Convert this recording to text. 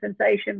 sensation